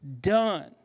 done